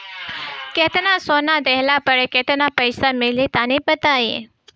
केतना सोना देहला पर केतना पईसा मिली तनि बताई?